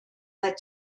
that